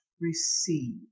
receive